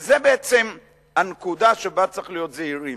וזאת בעצם הנקודה שבה צריך להיות זהירים.